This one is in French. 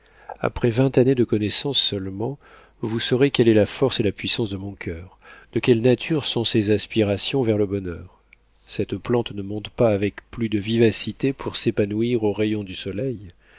après vingt années de connaissance seulement vous saurez quelle est la force et la puissance de mon coeur de quelle nature sont ses aspirations vers le bonheur cette plante ne monte pas avec plus de vivacité pour s'épanouir aux rayons du soleil